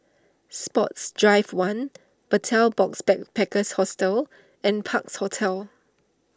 Sports Drive one Betel Box Backpackers Hostel and Parks Hotel